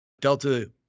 Delta